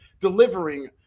delivering